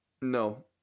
no